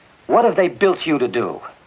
what have they built you to do?